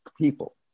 people